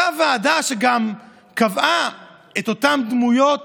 אותה ועדה שגם קבעה את אותן דמויות